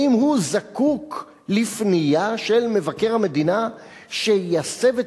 האם הוא זקוק לפנייה של מבקר המדינה שיסב את